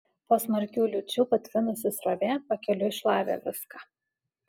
po smarkių liūčių patvinusi srovė pakeliui šlavė viską